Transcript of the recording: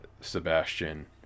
Sebastian